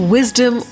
Wisdom